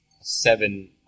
seven